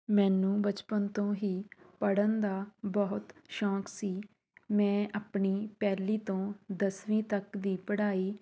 ਮੈਨੂੰ ਬਚਪਨ ਤੋਂ ਹੀ ਪੜ੍ਹਨ ਦਾ ਬਹੁਤ ਸ਼ੌਂਕ ਸੀ ਮੈਂ ਆਪਣੀ ਪਹਿਲੀ ਤੋਂ ਦਸਵੀਂ ਤੱਕ ਦੀ ਪੜ੍ਹਾਈ